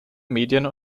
medien